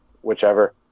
whichever